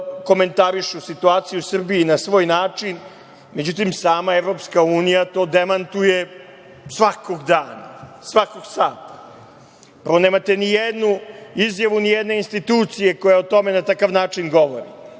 komentarišu situaciju u Srbiji na svoj način. Međutim, sama EU to demantuje svakog dana, svakog sata. Prvo, nemate ni jednu izjavu ni jedne institucije koja na takav način govori,